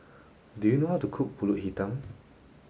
do you know how to cook pulut hitam